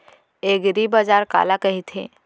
एगरीबाजार काला कहिथे?